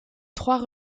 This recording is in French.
trois